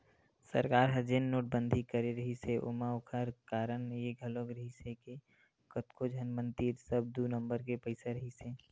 सरकार ह जेन नोटबंदी करे रिहिस हे ओमा ओखर कारन ये घलोक रिहिस हे के कतको झन मन तीर सब दू नंबर के पइसा रहिसे हे